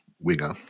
winger